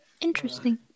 Interesting